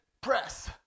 press